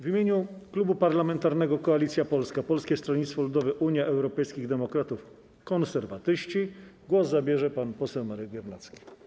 W imieniu Klubu Parlamentarnego Koalicja Polska - Polskie Stronnictwo Ludowe, Unia Europejskich Demokratów, Konserwatyści głos zabierze pan poseł Marek Biernacki.